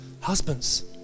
Husbands